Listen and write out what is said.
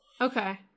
Okay